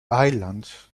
islands